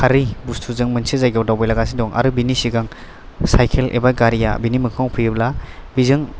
खारै बस्थुजों मोनसे जायगायाव दावबायलांगासिनो दं आरो बेनि सिगां चाइकेल एबा गारिया बेनि मोखाङाव फैयोब्ला बेजों